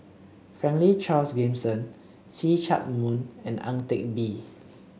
Franklin Charles Gimson See Chak Mun and Ang Teck Bee